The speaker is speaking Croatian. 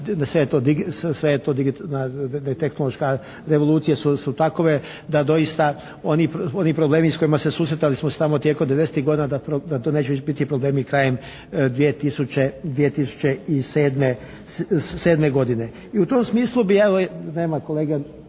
tehnološka revolucije su takve da doista oni problemi s kojima smo se susretali smo se tamo tijekom '90.-ih godina da to neće izbiti problemi krajem 2007. godine. I u tom smislu bi ja,